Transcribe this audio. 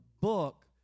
book